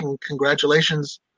congratulations